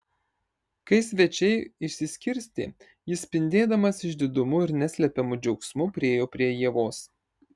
kai svečiai išsiskirstė jis spindėdamas išdidumu ir neslepiamu džiaugsmu priėjo prie ievos